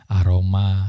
aroma